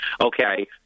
Okay